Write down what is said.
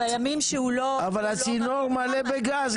אבל הצינור מלא גז.